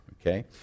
Okay